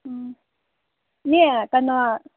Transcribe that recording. ꯎꯝ ꯏꯅꯦ ꯀꯩꯅꯣ